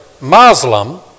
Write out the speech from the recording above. Muslim